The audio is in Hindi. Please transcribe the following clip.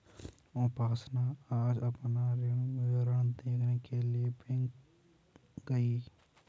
उपासना आज अपना ऋण विवरण देखने के लिए बैंक गई